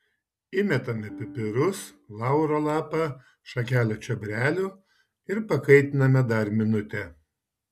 įmetame pipirus lauro lapą šakelę čiobrelių ir pakaitiname dar minutę